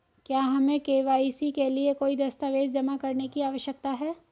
क्या हमें के.वाई.सी के लिए कोई दस्तावेज़ जमा करने की आवश्यकता है?